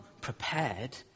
prepared